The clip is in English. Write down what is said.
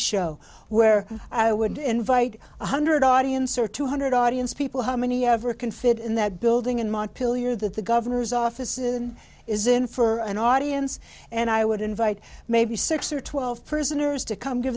show where i would invite one hundred audience or two hundred audience people how many ever can fit in that building in montpelier that the governor's office isn't isn't for an audience and i would invite maybe six or twelve prisoners to come